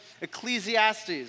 Ecclesiastes